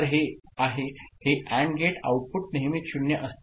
तर हे आहे हे AND गेट आउटपुट नेहमीच 0 असते